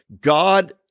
God